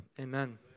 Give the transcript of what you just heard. amen